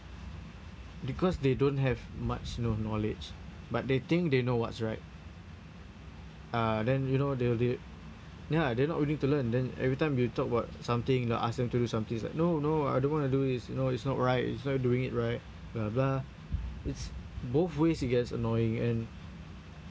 because they don't have much you know knowledge but they think they know what's right uh then you know they'll they ya they're not willing to learn then every time you talk about something you know ask them to do something's like no no I don't want to do this you know it's not right it's not doing it right blah blah it's both ways it gets annoying and